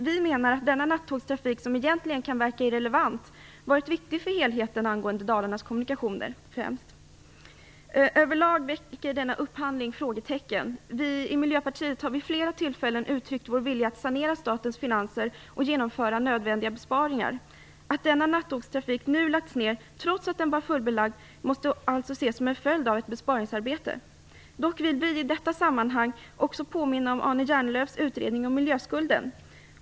Vi menar att denna nattågstrafik som egentligen kan verka vara irrelevant varit viktig för helheten angående främst Överlag väcker denna upphandling frågetecken. Vi i Miljöpartiet har vid flera tillfällen uttryckt vår vilja att sanera statens finanser och genomföra nödvändiga besparingar. Att denna nattågstrafik nu lagts ner, trots att tågen var fullbelagda, måste ses som en följd av besparingsarbetet. Dock vill vi i detta sammanhang påminna om Arne Jernelövs utredning om miljöskulden.